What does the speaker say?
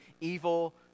evil